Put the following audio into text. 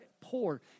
poor